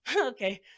Okay